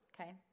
Okay